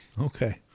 Okay